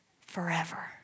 forever